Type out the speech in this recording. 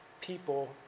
people